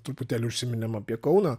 truputėlį užsiminėm apie kauną